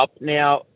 Now